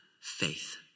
faith